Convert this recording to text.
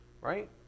right